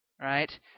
right